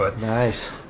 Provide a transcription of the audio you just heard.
Nice